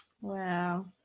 Wow